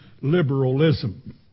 liberalism